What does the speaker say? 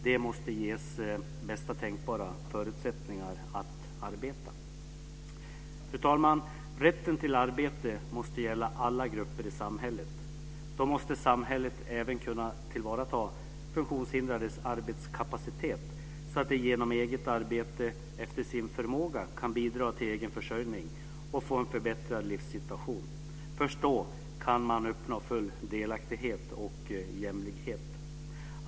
De måste ges bästa tänkbara förutsättningar att arbeta. Fru talman! Rätten till arbete måste gälla alla grupper i samhället. Då måste samhället även kunna tillvarata funtionshindrades arbetskapacitet, så att de genom eget arbete efter sin förmåga kan bidra till egen försörjning och få en förbättrad livssituation. Först då kan man uppnå full delaktighet och jämlikhet.